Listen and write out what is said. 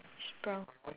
it's brown